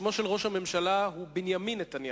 שמו של ראש הממשלה הוא בנימין נתניהו,